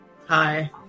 Hi